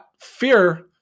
fear